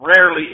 Rarely